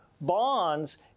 bonds